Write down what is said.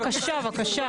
בבקשה.